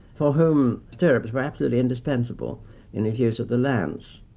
for whom stirrups were absolutely indispensable in his use of the lance,